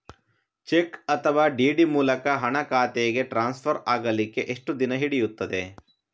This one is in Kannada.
ಚೆಕ್ ಅಥವಾ ಡಿ.ಡಿ ಮೂಲಕ ಹಣ ಖಾತೆಗೆ ಟ್ರಾನ್ಸ್ಫರ್ ಆಗಲಿಕ್ಕೆ ಎಷ್ಟು ದಿನ ಹಿಡಿಯುತ್ತದೆ?